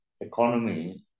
economy